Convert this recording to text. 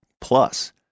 Plus